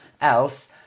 else